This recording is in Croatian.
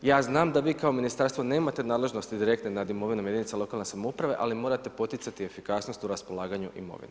Ja znam da vi kao ministarstvo nemate nadležnosti direktne nad imovinom jedinca lokalne samouprave, ali morate poticati efikasnost u raspolaganju imovine.